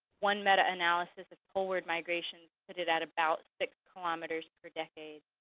one metaanalysis of poleward migration put it at about six kilometers per decade.